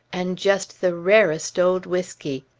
and just the rarest old whiskey!